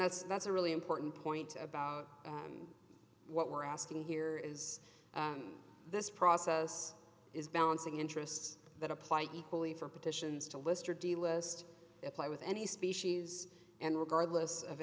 that's that's a really important point about what we're asking here is this process is balancing interests that apply equally for petitions to list or d list apply with any species and regardless of